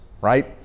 right